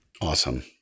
Awesome